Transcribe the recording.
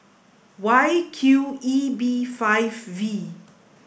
Y Q E B five V